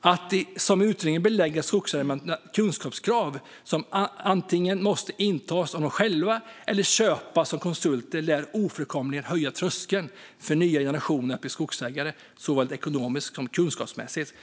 Att, som man vill i utredningen, belägga skogsägare med krav på kunskap som antingen måste inhämtas av dem själva eller köpas av konsulter lär ofrånkomligen höja tröskeln för människor i nya generationer att bli skogsägare. Det gäller såväl ekonomiskt som kunskapsmässigt.